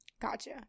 Gotcha